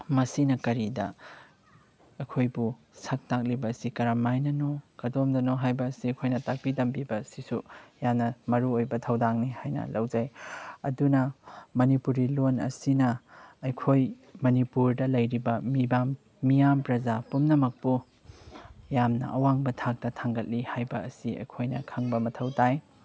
ꯃꯁꯤꯅ ꯀꯔꯤꯗ ꯑꯩꯈꯣꯏꯕꯨ ꯁꯛ ꯇꯥꯛꯂꯤꯕ ꯑꯁꯤ ꯀꯔꯝꯍꯥꯏꯅꯅꯣ ꯀꯗꯣꯝꯗꯅꯣ ꯍꯥꯏꯕ ꯑꯁꯦ ꯑꯩꯈꯣꯏꯅ ꯇꯥꯛꯄꯤ ꯇꯝꯕꯤꯕ ꯑꯁꯤꯁꯨ ꯌꯥꯝꯅ ꯃꯔꯨꯑꯣꯏꯕ ꯊꯧꯗꯥꯡꯅꯤ ꯍꯥꯏꯅ ꯂꯧꯖꯩ ꯑꯗꯨꯅ ꯃꯅꯤꯄꯨꯔꯤ ꯂꯣꯟ ꯑꯁꯤꯅ ꯑꯩꯈꯣꯏ ꯃꯅꯤꯄꯨꯔꯗ ꯂꯩꯔꯤꯕ ꯃꯤꯌꯥꯝ ꯄ꯭ꯔꯖꯥ ꯄꯨꯝꯅꯃꯛꯄꯨ ꯌꯥꯝꯅ ꯑꯋꯥꯡꯕ ꯊꯥꯛꯇ ꯊꯥꯡꯒꯠꯂꯤ ꯍꯥꯏꯕ ꯑꯁꯤ ꯑꯩꯈꯣꯏꯅ ꯈꯪꯕ ꯃꯊꯧ ꯇꯥꯏ